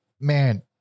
man